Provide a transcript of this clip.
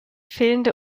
fehlende